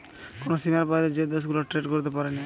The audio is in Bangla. কোন সীমার বাইরে যে দেশ গুলা ট্রেড করতে পারিনা